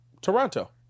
Toronto